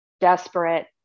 desperate